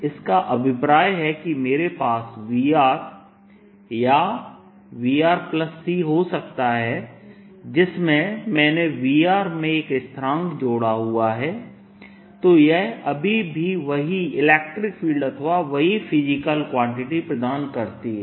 इसका अभिप्राय है कि मेरे पास V या VC हो सकता है जिसमें मैंने V में एक स्थिरांक जोड़ा हुआ है तो यह अभी भी वही इलेक्ट्रिक फील्ड अथवा वही फिजिकल क्वांटिटी प्रदान करती है